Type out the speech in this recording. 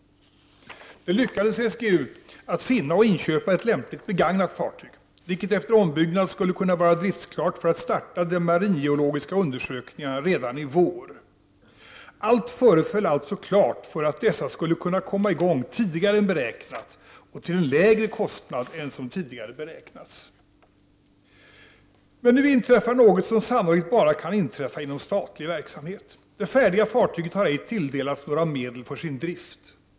Det lyckades SGU att finna och inköpa ett lämpligt begagnat fartyg, vilket efter ombyggnad skulle kunna vara driftsklart för att starta de maringeologiska undersökningarna redan i vår. Allt föreföll alltså klart för att dessa skulle kunna komma i gång tidigare och till en lägre kostnad än som tidigare hade beräknats. Men nu inträffar något som sannolikt bara kan inträffa inom statlig verksamhet: det har inte anslagits några medel för det färdiga fartygets drift.